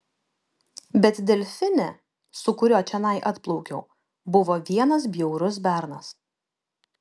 bet delfine su kuriuo čionai atplaukiau buvo vienas bjaurus bernas